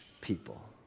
people